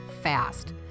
fast